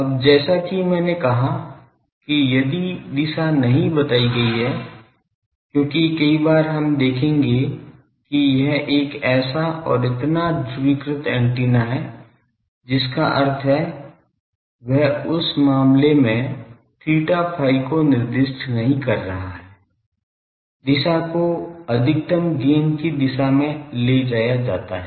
अब जैसा कि मैंने कहा कि यदि दिशा नहीं बताई गई है क्योंकि कई बार हम देखेंगे कि यह एक ऐसा और इतना ध्रुवीकृत एंटीना है जिसका अर्थ है वह उस मामले में थीटा phi को निर्दिष्ट नहीं कर रहा है दिशा को अधिकतम गैन की दिशा में ले जाया जाता है